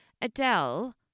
Adele